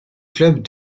club